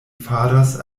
faras